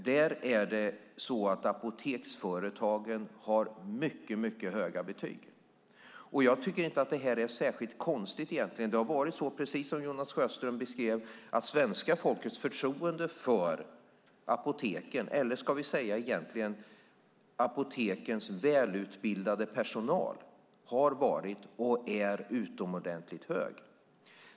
Där har apoteksföretagen mycket höga betyg. Jag tycker egentligen inte att det är särskilt konstigt. Precis som Jonas Sjöstedt beskrev har svenska folkets förtroende för apoteken, eller vi ska kanske säga apotekens välutbildade personal, varit utomordentligt högt, och det är utomordentligt högt.